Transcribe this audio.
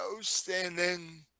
standing